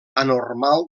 anormal